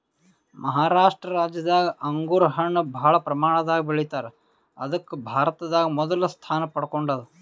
ಮಹಾರಾಷ್ಟ ರಾಜ್ಯದಾಗ್ ಅಂಗೂರ್ ಹಣ್ಣ್ ಭಾಳ್ ಪ್ರಮಾಣದಾಗ್ ಬೆಳಿತಾರ್ ಅದಕ್ಕ್ ಭಾರತದಾಗ್ ಮೊದಲ್ ಸ್ಥಾನ ಪಡ್ಕೊಂಡದ್